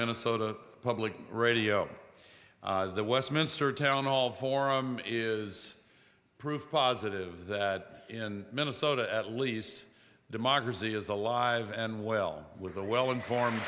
minnesota public radio the westminster town hall forum is proof positive that in minnesota at least democracy is alive and well with a well informed